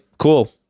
Cool